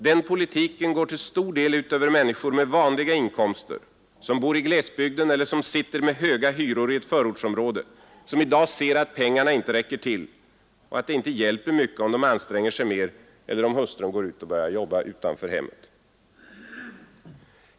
Denna politik går till stor del ut över människor med vanliga inkomster som bor i glesbygden eller som sitter med höga hyror i ett förortsområde, som i dag ser att pengarna inte räcker till och att det inte hjälper mycket om de anstränger sig mer eller om hustrun går ut och börjar jobba utanför hemmet.